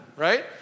right